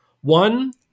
One